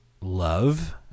love